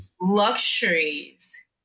luxuries